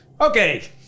okay